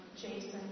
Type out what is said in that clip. Jason